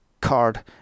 card